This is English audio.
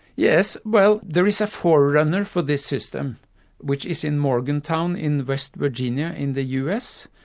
yes, well, there is a forerunner for this system which is in morgantown in west virginia in the us,